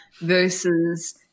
versus